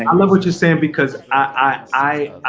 and i love what you're saying, because i